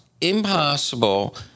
impossible